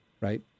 right